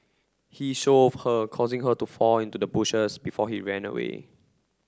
he shove her causing her to fall into the bushes before he ran away